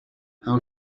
how